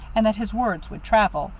and that his words would travel,